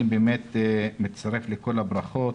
אני מצטרף לכל הברכות